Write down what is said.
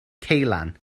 ceulan